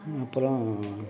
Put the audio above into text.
அப்புறம்